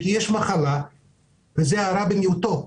כי כשיש מחלה זה הרע במיעוטו.